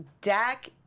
Dak